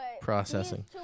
processing